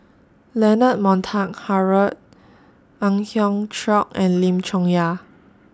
Leonard Montague Harrod Ang Hiong Chiok and Lim Chong Yah